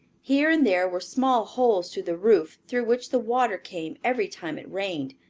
here and there were small holes through the roof, through which the water came every time it rained.